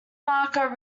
marker